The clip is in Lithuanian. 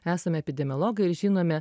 esam epidemiologai ir žinome